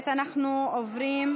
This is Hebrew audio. איך יכול להיות?